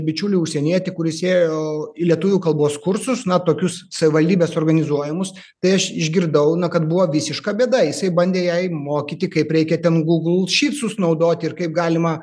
bičiulį užsienietį kuris ėjo į lietuvių kalbos kursus na tokius savivaldybės organizuojamus tai aš išgirdau na kad buvo visiška bėda jisai bandė jai mokyti kaip reikia ten gūgl šytsus naudoti ir kaip galima